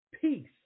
peace